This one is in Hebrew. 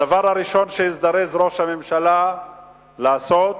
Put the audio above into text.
הדבר הראשון שהזדרז ראש הממשלה לעשות הוא